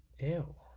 you